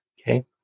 okay